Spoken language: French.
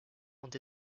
ont